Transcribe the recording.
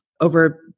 over